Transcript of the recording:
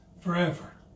forever